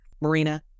Marina